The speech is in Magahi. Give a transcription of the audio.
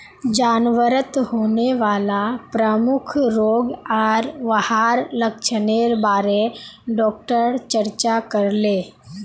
जानवरत होने वाला प्रमुख रोग आर वहार लक्षनेर बारे डॉक्टर चर्चा करले